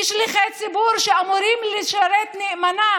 שליחי ציבור שאמורים לשרת נאמנה